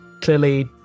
clearly